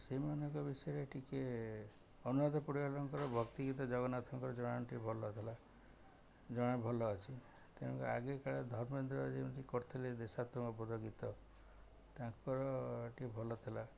ସେମାନଙ୍କ ବିଷୟରେ ଟିକେ ଅନୁୁରାଧା ପଢ଼ୁଆରଙ୍କର ଭକ୍ତିଗୀତ ଜଗନ୍ନାଥଙ୍କର ଜଣାଣଟି ଭଲ ଥିଲା ଜଣାଣ ଭଲ ଅଛି ତେଣୁ ଆଗେ କାଳେ ଧର୍ମେନ୍ଦ୍ର ଯେମିତି କରିଥିଲେ ଦେଶାତ୍ମବୋଧ ଗୀତ ତାଙ୍କର ଟିକେ ଭଲ ଥିଲା